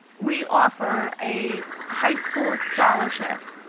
we offer a high school scholarship.